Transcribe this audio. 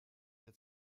der